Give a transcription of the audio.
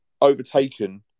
overtaken